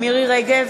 מירי רגב,